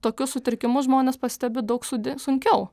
tokius sutrikimus žmonės pastebi daug sudi sunkiau